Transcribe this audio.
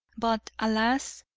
but alas,